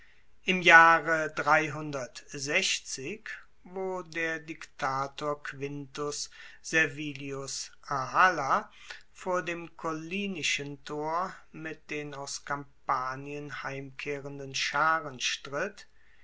im jahre wo der diktator quintus servilius ahala vor dem collinischen tor mit den aus kampanien heimkehrenden scharen stritt